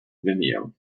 vimeo